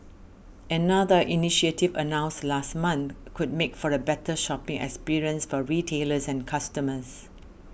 another initiative announced last month could make for a better shopping experience for retailers and customers